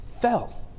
fell